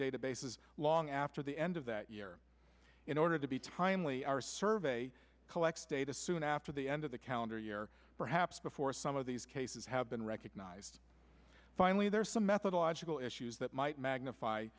databases long after the end of that year in order to be timely our survey collects data soon after the end of the calendar year perhaps before some of these cases have been recognized finally there are some methodological issues that might magnify